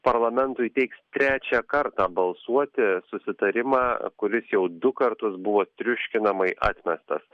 parlamentui teiks trečią kartą balsuoti susitarimą kuris jau du kartus buvo triuškinamai atmestas